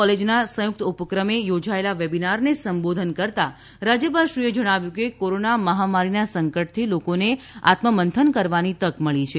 કોલેજના સંયુક્ત ઉપક્રમે યોજાયેલા વેબિનારને સંબોધન કરતા રાજ્યપાલશ્રીએ જણાવ્યું હતું કે કોરોના મહામારીના સંકટથી લોકોને આત્મમંથન કરવાની તક મળી છે